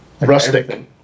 rustic